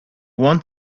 want